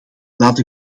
laat